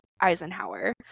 Eisenhower